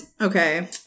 Okay